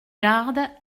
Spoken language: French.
gardes